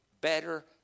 better